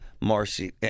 Marcy